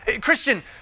Christian